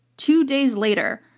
two days later,